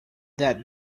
that